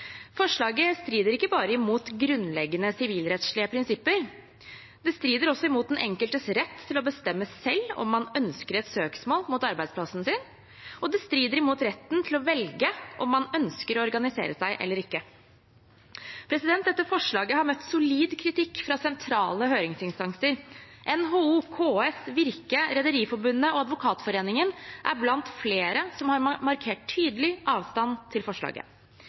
Forslaget strider ikke bare imot grunnleggende sivilrettslige prinsipper, det strider imot den enkeltes rett til å bestemme selv om man ønsker et søksmål mot arbeidsplassen sin. Det strider også imot retten til å velge om man ønsker å organisere seg eller ikke. Dette forslaget har møtt solid kritikk fra sentrale høringsinstanser. NHO, KS, Virke, Rederiforbundet og Advokatforeningen er blant flere som har markert tydelig avstand til forslaget.